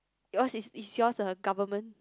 yours is is yours the government